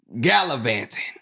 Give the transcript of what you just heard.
gallivanting